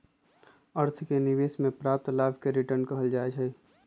अर्थ में निवेश से प्राप्त लाभ के रिटर्न कहल जाइ छइ